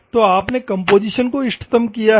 तो आपने कम्पोजीशन को इष्टतम किया है